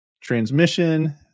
transmission